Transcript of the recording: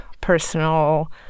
personal